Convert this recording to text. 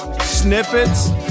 Snippets